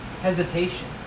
hesitation